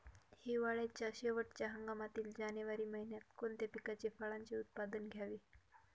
हिवाळ्याच्या शेवटच्या हंगामातील जानेवारी महिन्यात कोणत्या पिकाचे, फळांचे उत्पादन घ्यावे?